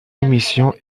émission